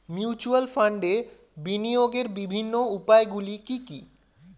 Mutual ফান্ডে বিনিয়োগের বিভিন্ন উপায়গুলি কি কি?